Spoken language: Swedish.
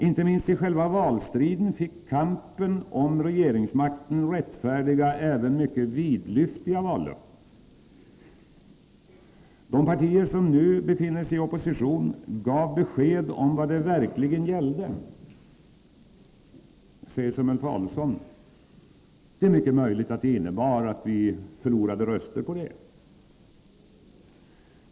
Inte minst i själva valstriden fick kampen om regeringsmakten rättfärdiga även mycket vidlyftiga vallöften. De partier som nu befinner sig i opposition gav besked om vad det verkligen gällde. Jag säger som Ulf Adelsohn: Det är mycket möjligt att detta innebar att vi förlorade röster.